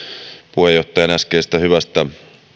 puheenjohtajaa äskeisestä hyvästä